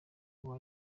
uwo